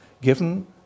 given